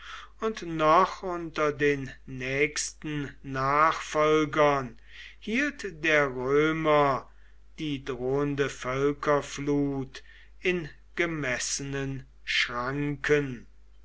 und noch unter den nächsten nachfolgern hielt der römer die drohende völkerflut in gemessenen schranken